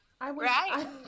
right